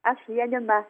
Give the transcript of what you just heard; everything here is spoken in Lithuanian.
aš janina